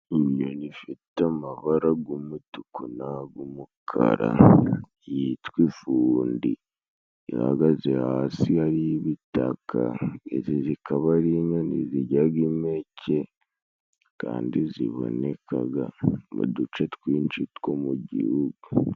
Inyoni ifite amabara g'umutuku n'ag' umukara yitwa ifundi ihagaze hasi hari ibitaka. Izi zikaba ari inyoni zijyaga impeke kandi zibonekaga muduce twinshi two mu gihugu.